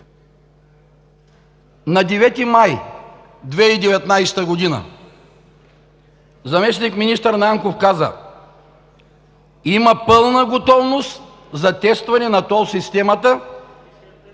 На 9 май 2019 г. заместник-министър Нанков каза: „Има пълна готовност за тестване на тол системата